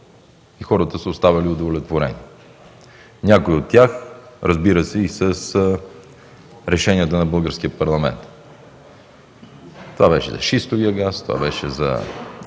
и хората са оставали удовлетворени, някои от тях, разбира се – с решенията на Българския парламент. Това беше за шистовия газ, това беше за АКТА, това